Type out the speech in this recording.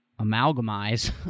amalgamize